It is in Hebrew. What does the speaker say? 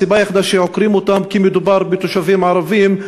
הסיבה היחידה שעוקרים אותם היא שמדובר בתושבים ערבים.